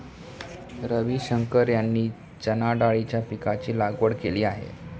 रविशंकर यांनी चणाडाळीच्या पीकाची लागवड केली आहे